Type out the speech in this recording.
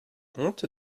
honte